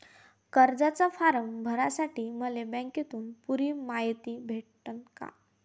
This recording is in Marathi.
कर्जाचा फारम भरासाठी मले बँकेतून पुरी मायती भेटन का?